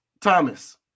Thomas